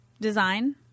design